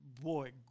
boy